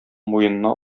муенына